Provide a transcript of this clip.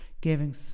giving